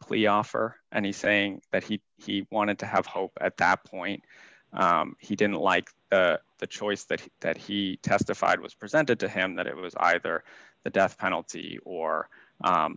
plea offer and he's saying that he he wanted to have hope at that point he didn't like the choice that that he testified was presented to him that it was either the death penalty or